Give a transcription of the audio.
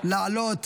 לעלות